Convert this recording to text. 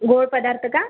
गोड पदार्थ का